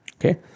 Okay